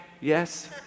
yes